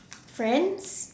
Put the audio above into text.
friends